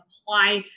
apply